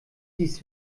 dies